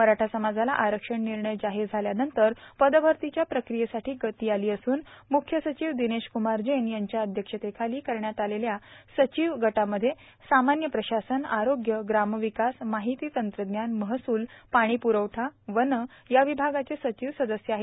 मराठा समाजाला आरक्षणाचा निर्णय जाहीर झाल्यानंतर पदभरतीच्या प्रक्रियेसाठी गती आली असून मुख्य सचिव दिनेश कुमार जैन यांच्या अध्यक्षतेखाली करण्यात आलेल्या सचिव गटामध्ये सामान्य प्रशासन आरोग्य ग्रामविकास माहिती तंत्रजान महसूल पाणी प्रवठा वने या विभागाचे सचिव सदस्य आहेत